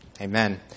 Amen